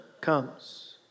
comes